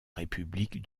république